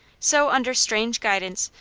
so, under strange guidance,